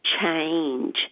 change